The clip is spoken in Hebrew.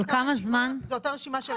וזאת אותה רשימה שלכם?